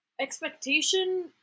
expectation